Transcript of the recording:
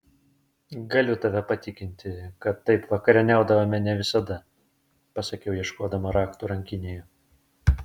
galiu tave patikinti kad taip vakarieniaudavome ne visada pasakiau ieškodama raktų rankinėje